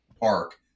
park